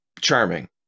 charming